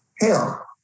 hell